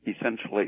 essentially